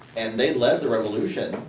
and they led the revolution.